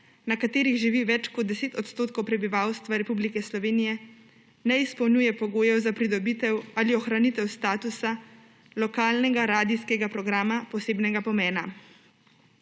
na katerih živi več kot 10 % prebivalstva Republike Slovenije, ne izpolnjuje pogojev za pridobitev ali ohranitev statusa lokalnega radijskega programa posebnega pomena.